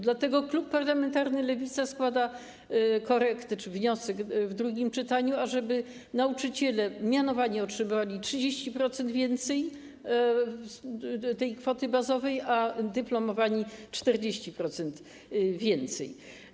Dlatego klub parlamentarny Lewica składa korektę czy wniosek w drugim czytaniu, ażeby nauczyciele mianowani otrzymywali 30% więcej z tej kwoty bazowej, a dyplomowani - 40% więcej.